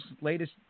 latest